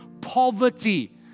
poverty